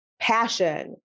passion